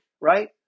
right